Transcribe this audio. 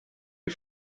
you